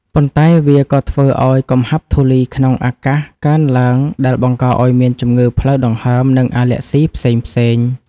ប៉ុន្តែវាក៏ធ្វើឱ្យកំហាប់ធូលីក្នុងអាកាសកើនឡើង ដែលបង្កឱ្យមានជំងឺផ្លូវដង្ហើម និងអាឡែស៊ីផ្សេងៗ។